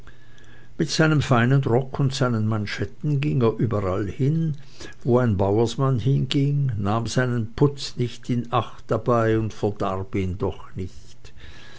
mit seinem feinen rock und seinen manschetten ging er überallhin wo ein bauersmann hinging nahm seinen putz nicht in acht dabei und verdarb ihn doch nicht